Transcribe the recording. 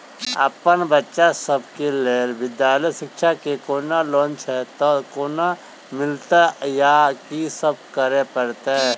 अप्पन बच्चा सब केँ लैल विधालय शिक्षा केँ कोनों लोन छैय तऽ कोना मिलतय आ की सब करै पड़तय